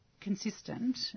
consistent